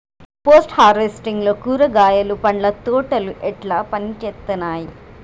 Post harvesting లో కూరగాయలు పండ్ల తోటలు ఎట్లా పనిచేత్తనయ్?